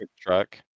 truck